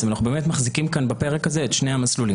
אנחנו באמת מחזיקים כאן בפרק הזה את שני המסלולים